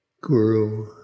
Guru